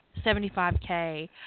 75k